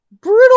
brutal